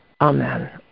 Amen